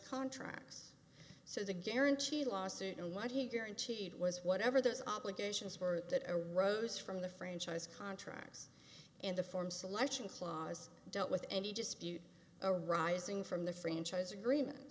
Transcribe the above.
contracts so the guarantee lawsuit and what he guaranteed was whatever those obligations were that a rose from the franchise contracts in the form selection clause dealt with any dispute a rising from the franchise agreement